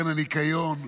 קרן הניקיון,